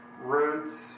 roots